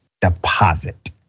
deposit